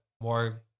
more